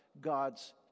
God's